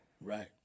Right